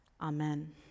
Amen